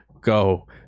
Go